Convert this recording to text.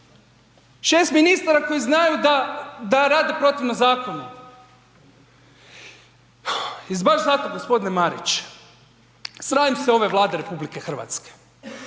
6 ministara koji znaju da rade protivno zakonu. I baš zato, g. Marić, sramim se ove Vlade RH.